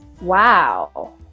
wow